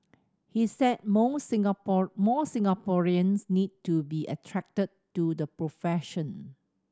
he said more more Singaporeans need to be attracted to the profession